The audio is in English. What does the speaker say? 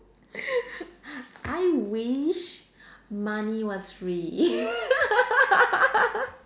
I wish money was free